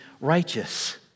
righteous